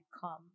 come